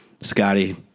Scotty